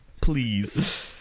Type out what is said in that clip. Please